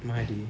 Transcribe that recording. mahadhir